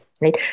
right